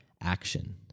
action